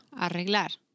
Arreglar